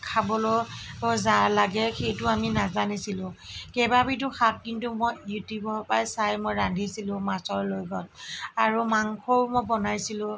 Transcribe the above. খাবলৈ লাগে সেইটো আমি নাজানিছিলোঁ কেইবাবিধো শাক কিন্তু মই ইউটিউবৰ পৰাই চাই মই ৰান্ধিছিলোঁ মাছৰ লগত আৰু মাংসও মই বনাইছিলোঁ